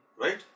Right